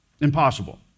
Impossible